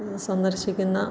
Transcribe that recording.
സന്ദർശിക്കുന്ന